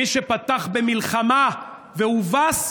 מי שפתח במלחמה והובס,